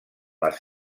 les